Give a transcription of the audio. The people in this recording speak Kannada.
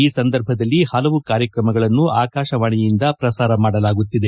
ಈ ಸಂದರ್ಭದಲ್ಲಿ ಪಲವು ಕಾರ್ಯಕ್ರಮಗಳನ್ನು ಆಕಾಶವಾಣಿಯಿಂದ ಪ್ರಸಾರ ಮಾಡಲಾಗುತ್ತಿದೆ